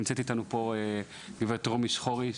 נמצאת אתנו פה הגברת רומי שחורי,